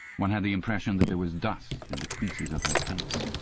one had the impression that there was dust in the creases of her face.